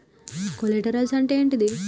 Collaterals అంటే ఏంటిది?